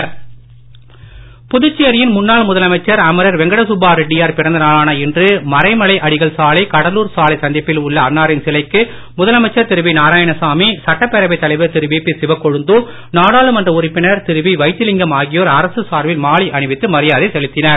வெங்கடசுப்பா ரெட்டியார் புதுச்சேரியின் முன்னாள் முதலமைச்சர் அமரர் வெங்கடசுப்பா ரெட்டியார் பிறந்த நாளான இன்று மறைமலை அடிகள் சாலை கடலூர் சாலை சந்திப்பில் உள்ள அன்னாரின் சிலைக்கு முதலமைச்சர் திரு வி நாராயணசாமி சட்டப் பேரவைத் தலைவர் திரு சிவக் கொழுந்து நாடாளுமன்ற உறுப்பினர் திரு வைத்திலிங்கம் ஆகியோர் அரசு சார்பில் மாலை அணிவித்து மரியாதை செலுத்தினர்